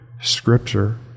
Scripture